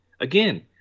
Again